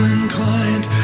inclined